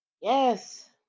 Yes